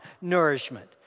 nourishment